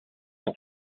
ans